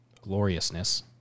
gloriousness